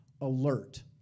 alert